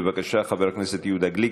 בבקשה, חבר הכנסת יהודה גליק.